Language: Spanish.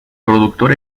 productor